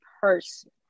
person